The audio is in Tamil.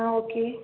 ஆ ஓகே